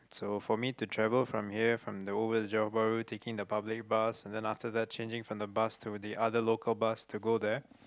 so for me to travel from here from over to Johor-Bahru taking the public bus and then after that changing from the bus to the other local bus to go there